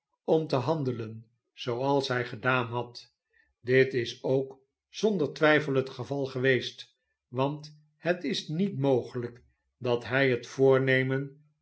om te handelen zooals hij gedaan had dit is ook zonder twijfel het geval geweest want het is niet mogelijk dat hij het voornemen